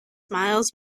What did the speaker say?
smiles